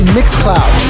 Mixcloud